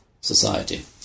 society